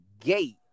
gate